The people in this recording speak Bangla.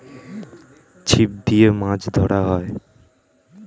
ছিপ দিয়ে মাছ ধরা হয়